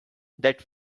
that